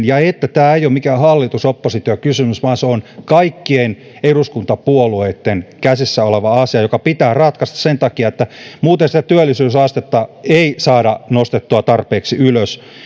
ja että tämä ei ole mikään hallitus oppositio kysymys vaan se on kaikkien eduskuntapuolueitten käsissä oleva asia joka pitää ratkaista sen takia että muuten sitä työllisyysastetta ei saada nostettua tarpeeksi ylös